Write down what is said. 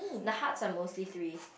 the hearts are mostly three